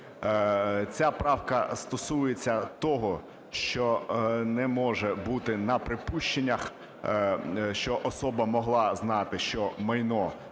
Ця правка стосується того, що не може бути на припущеннях, що особа могла знати, що майно